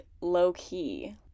low-key